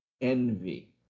envy